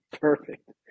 Perfect